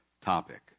topic